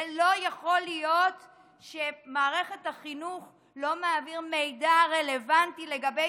ולא יכול להיות שמערכת החינוך לא מעבירה מידע רלוונטי לגבי